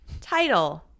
title